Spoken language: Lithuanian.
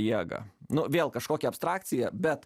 jėgą nu vėl kažkokia abstrakcija bet